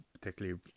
particularly